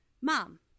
Mom